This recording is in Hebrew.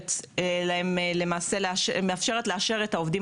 היא למעשה מאפשרת להם לאשר את העובדים